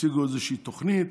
והציגו איזושהי תוכנית.